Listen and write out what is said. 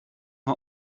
mal